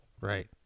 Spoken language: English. Right